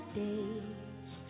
days